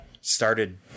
started